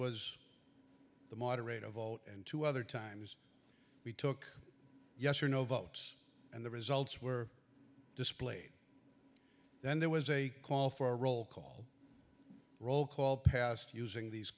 was the moderator vote and two other times we took yes or no votes and the results were displayed then there was a call for roll call roll call passed using these